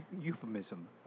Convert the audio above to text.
euphemism